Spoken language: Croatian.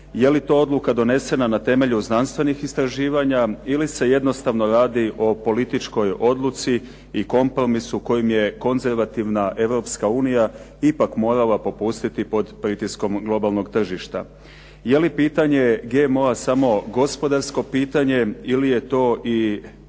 Je li to odluka donesena na temelju znanstvenih istraživanja ili se jednostavno radi o političkoj odluci i kompromisu kojim je konzervativna Europska unija ipak morala popustiti pod pritiskom globalnog tržišta. Je li pitanje GMO-a samo gospodarsko pitanje ili je to i